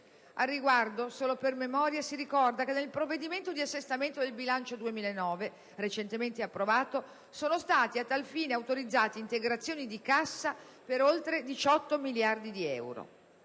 Al riguardo, solo per memoria, si ricorda che nel provvedimento di assestamento del bilancio 2009, recentemente approvato, sono state a tal fine autorizzate integrazioni di cassa per oltre 18 miliardi di euro.